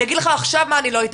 אני אגיד לך עכשיו מה אני לא אתן,